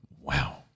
Wow